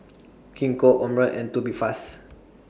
Gingko Omron and Tubifast